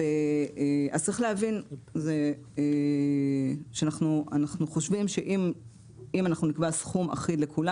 אז צריך להבין שאנחנו חושבים שאם אנחנו נקבע סכום אחיד לכולם